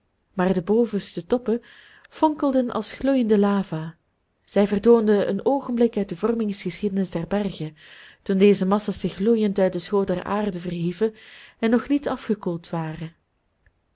maar de bovenste toppen fonkelden als gloeiende lava zij vertoonden een oogenblik uit de vormingsgeschiedenis der bergen toen deze massa's zich gloeiend uit den schoot der aarde verhieven en nog niet afgekoeld waren